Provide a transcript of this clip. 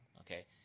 Okay